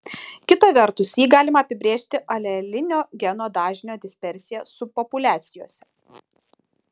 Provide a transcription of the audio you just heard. kita vertus jį galima apibrėžti alelinio geno dažnio dispersija subpopuliacijose